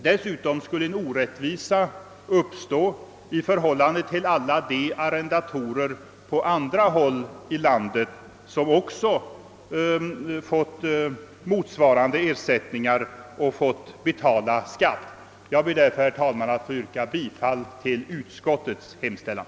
Dessutom skulle uppstå en orättvisa i förhållande till alla de arrendatorer på andra håll i landet som fått motsvarande ersättningar och varit tvungna att betala skatt. Herr talman! Jag ber att med stöd av det anförda få yrka bifall till utskottets hemställan.